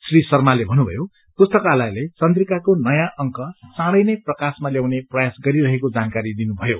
श्री शार्माले भन्नुभयो पुस्तकालयले चन्द्रिकाको नयाँ अंक चाँडै नै प्रकाशमा ल्याउने प्रयास गरि रहेको जानकारी दिनु भयो